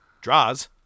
Draws